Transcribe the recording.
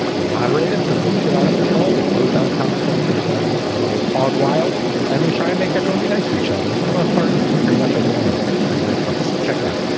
we moderate it so it doesn't get out of control. we closed down common threads that are going a little hog wild and we try and make everyone be nice to each other. and for the most part, pretty much everyone is. it's a pretty great place. check it out.